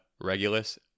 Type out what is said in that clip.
Regulus